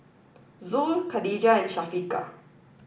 Zul Khadija and Syafiqah